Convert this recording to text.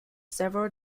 several